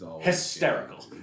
hysterical